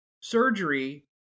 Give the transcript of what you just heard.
surgery